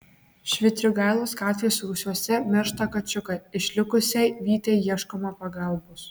švitrigailos gatvės rūsiuose miršta kačiukai išlikusiai vytei ieškoma pagalbos